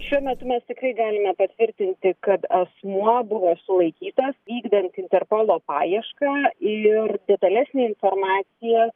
šiuo metu mes tikrai galime patvirtinti kad asmuo buvo sulaikytas vykdant interpolo paiešką ir detalesnė informacija